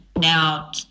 now